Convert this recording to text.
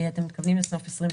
אתם מתכוונים לסוף 2021?